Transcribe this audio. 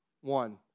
one